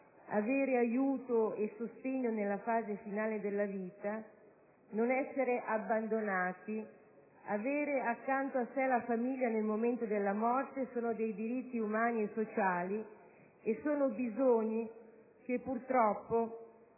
ricevere aiuto e sostegno nella fase finale della vita, non essere abbandonati, avere accanto a sé la famiglia nel momento della morte: sono diritti umani e sociali, sono bisogni che purtroppo